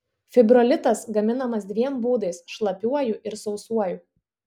fibrolitas gaminamas dviem būdais šlapiuoju ir sausuoju